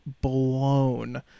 blown